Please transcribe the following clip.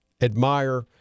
admire